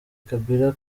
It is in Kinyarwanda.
kabila